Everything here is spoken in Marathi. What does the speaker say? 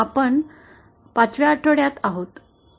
आपण पाचव्या आठवड्यात आहोत